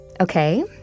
Okay